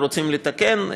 אנחנו רוצים לתקן,